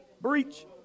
Breach